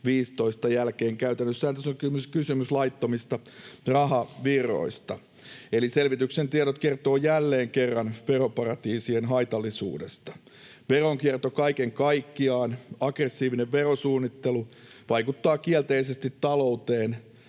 2015 jälkeen. Käytännössähän tässä on kysymys laittomista rahavirroista, eli selvityksen tiedot kertovat jälleen kerran veroparatiisien haitallisuudesta. Veronkierto kaiken kaikkiaan, aggressiivinen verosuunnittelu, vaikuttaa kielteisesti talouteen